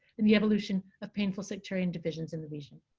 and the evolution of painful sectarian divisions in the region.